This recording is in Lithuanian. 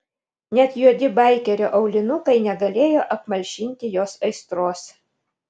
net juodi baikerio aulinukai negalėjo apmalšinti jos aistros